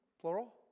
plural